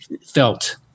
felt